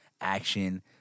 action